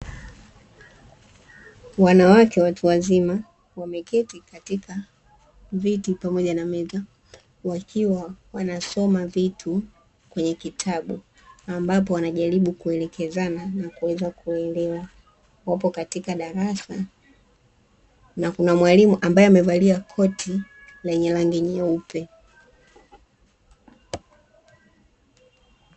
Wanawake watu wazima wameketi katika viti pamoja na meza wakiwa wanasoma vitu kwenye kitabu, ambapo wanajaribu kuelekezana na kuweza kuelewa. Wapo katika darasa na kuna mwalimu ambaye amevalia koti lenye rangi nyeupe.